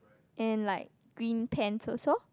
and like green pants also